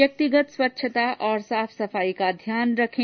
व्यक्तिगत स्वच्छता और साफ सफाई का ध्यान रखें